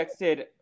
texted